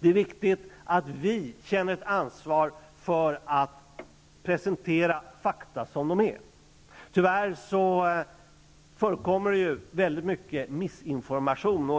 Det är viktigt att vi känner ett ansvar för att presentera fakta som de är. Tyvärr förekommer det väldigt mycket missinformation.